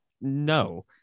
no